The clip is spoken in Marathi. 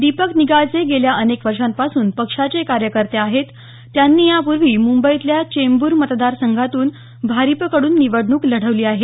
दीपक निकाळजे गेल्या अनेक वर्षांपासून पक्षाचे कार्यकर्ते आहेत त्यांनी या पूर्वी मुंबईतल्या चेंबूर मतदार संघातून भारिप कडून निवडणूक लढवली आहे